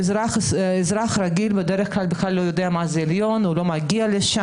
אזרח רגיל בדרך כלל לא יודע מה זה בית המשפט העליון והוא לא מגיע אליו.